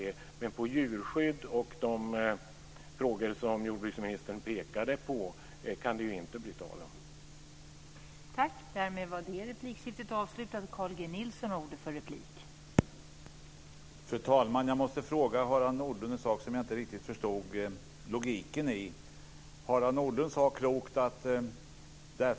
Men att spara på djurskyddet och de frågor som jordbruksministern pekade på kan det inte bli tal om.